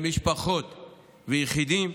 למשפחות ויחידים,